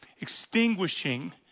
extinguishing